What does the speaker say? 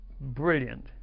brilliant